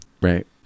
right